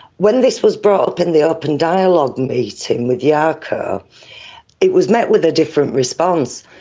when this was brought up in the open dialogue meeting with yeah ah jaakko, it was met with a different response.